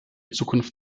zukunft